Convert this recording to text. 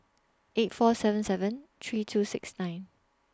eight four seven seven three two six nine